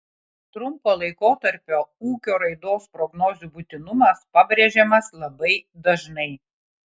trumpo laikotarpio ūkio raidos prognozių būtinumas pabrėžiamas labai dažnai